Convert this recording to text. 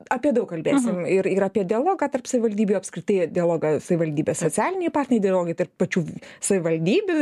apie daug kalbėsim ir ir apie dialogą tarp savivaldybių ir apskritai dialogą savivaldybės socialiniai partneriai dialogai tarp pačių savivaldybių